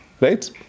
right